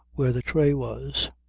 where the tray was.